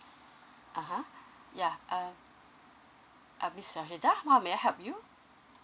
(uh huh) ya uh uh miss sahidah how may I help you